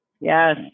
Yes